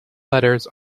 letters